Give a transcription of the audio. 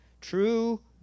True